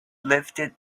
lifted